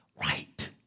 right